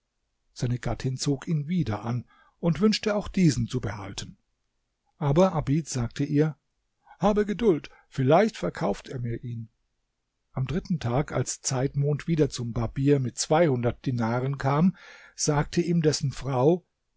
seine gattin zog ihn wieder an und wünschte auch diesen zu behalten aber abid sagte ihr habe geduld vielleicht verkauft er mir ihn am dritten tag als zeitmond wieder zum barbier mit zweihundert dinaren kam sagte ihm dessen frau